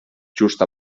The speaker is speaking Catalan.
just